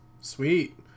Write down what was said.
sweet